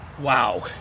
Wow